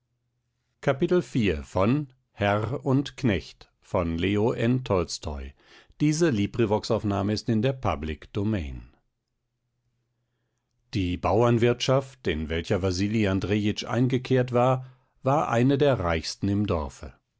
die bauernwirtschaft in welcher wasili andrejitsch eingekehrt war war eine der reichsten im dorfe